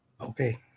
Okay